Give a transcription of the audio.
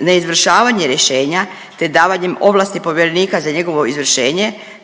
neizvršavanje rješenja te davanjem ovlasti povjerenika za njegovo izvršenje